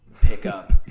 pickup